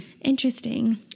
interesting